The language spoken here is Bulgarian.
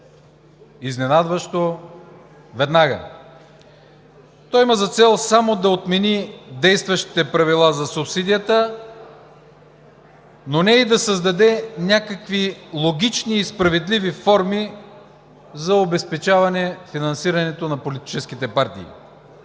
изненадващо, веднага! То има за цел само да отмени действащите правила за субсидията, но не и да създаде някакви логични и справедливи форми за обезпечаване финансирането на политическите партии.